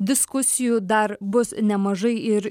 diskusijų dar bus nemažai ir